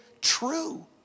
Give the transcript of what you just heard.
true